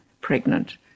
pregnant